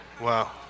Wow